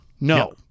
No